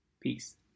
Peace